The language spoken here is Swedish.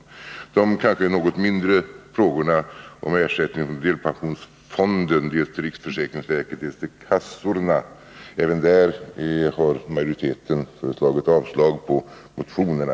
Även i de kanske något mindre frågorna om ersättning från delpensionsfonden dels till riksförsäkringsverket, dels till försäkringskassorna har majoriteten föreslagit avslag på motionerna.